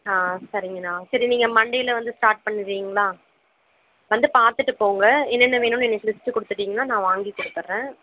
சரிங்க அண்ணா சரி நீங்கள் மன்டேவில வந்து ஸ்டார்ட் பண்ணிர்றீங்களா வந்து பார்த்துட்டுப் போங்க என்னென்ன வேணும்னு எங்களுக்கு லிஸ்ட் கொடுத்துட்டீங்கனா நான் வாங்கிக் கொடுத்துர்றேன்